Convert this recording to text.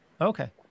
Okay